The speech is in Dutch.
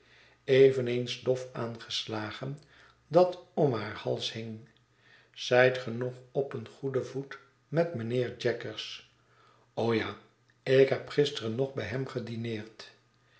eveneens dof aangeslagen dat om haar hals hing zyt ge nog op een goeden voet met mynheer jaggers ja ik heb gisteren nog bij hem gedineerd